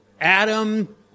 Adam